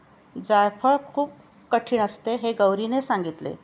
जायफळ खूप कठीण असते हे गौरीने सांगितले